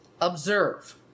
observe